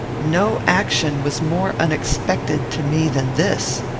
no action was more unexpected to me than this.